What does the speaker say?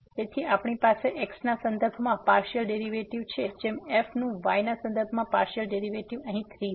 તેથી આપણી પાસે x ના સંદર્ભમાં પાર્સીઅલ ડેરીવેટીવ છે જેમ f નું y ના સંદર્ભમાં પાર્સીઅલ ડેરીવેટીવ અહી ૩ છે